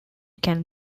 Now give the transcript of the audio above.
can